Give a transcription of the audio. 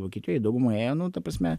vokietijoje dauguma ėjo nu ta prasme